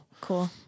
Cool